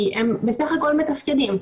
כי הם בסך הכל מתפקדים.